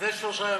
לפני שלושה ימים.